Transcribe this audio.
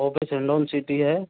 office है loan city है